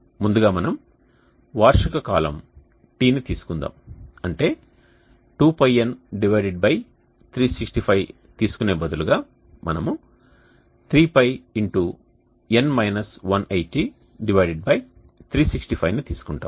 ముందుగా మనం వార్షిక కాలం τ ని తీసుకుందాం అంటే 2πN365 తీసుకునే బదులుగా మనం 3π365ని తీసుకుంటాము